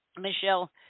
Michelle